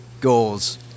goals